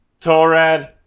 torad